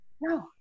No